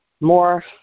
More